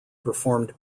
performed